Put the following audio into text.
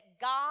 God